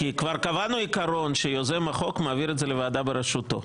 כי כבר קבענו עיקרון שיוזם החוק מעביר את זה לוועדת בראשותו.